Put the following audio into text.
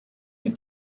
die